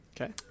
Okay